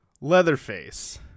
Leatherface